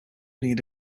need